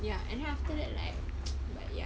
ya and then after that like like ya